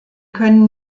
können